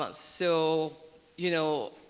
but so you know,